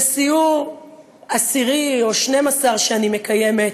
זה סיור עשירי או 12 שאני מקיימת,